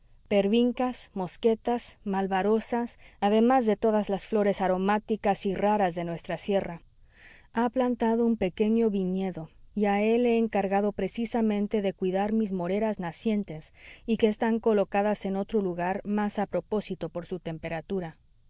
pervincas mosquetas malvarosas además de todas las flores aromáticas y raras de nuestra sierra ha plantado un pequeño viñedo y a él he encargado precisamente de cuidar mis moreras nacientes y que están colocadas en otro lugar más a propósito por su temperatura